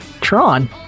Tron